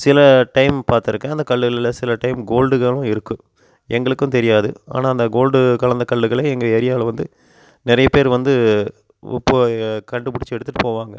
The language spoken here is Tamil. சில டைம் பார்த்துருக்கேன் அந்த கல்லில் சில டைம் கோல்டுகாவும் இருக்குது எங்களுக்கும் தெரியாது ஆனால் அந்த கோல்டு கலந்த கல்லுகளை எங்கள் ஏரியாவில் வந்து நிறைய பேர் வந்து இப்போ கண்டுபிடிச்சி எடுத்துகிட்டு போவாங்க